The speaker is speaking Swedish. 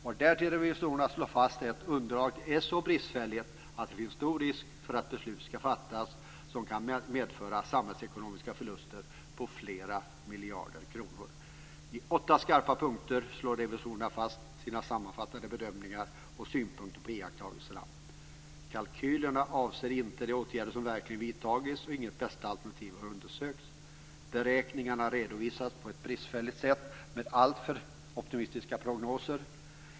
Vad därtill revisorerna slår fast är att underlaget är så bristfälligt att det finns stor risk för att beslut kommer att fattas som kan medföra samhällsekonomiska förluster på flera miljarder kronor. I åtta skarpa punkter slår revisorerna fast sina sammanfattande bedömningar och synpunkter på iakttagelserna, bl.a. följande: · Kalkylerna avser inte de åtgärder som verkligen har vidtagits, och inget bästaalternativ har undersökts. · Beräkningarna redovisas på ett bristfälligt sätt med alltför optimistiska prognoser.